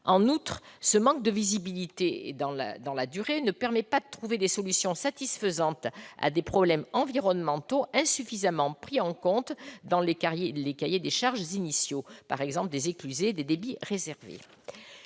En outre, ce manque de visibilité dans la durée ne permet pas de trouver des solutions satisfaisantes à des problèmes environnementaux insuffisamment pris en compte dans les cahiers des charges initiaux, par exemple des éclusées et des débits réservés.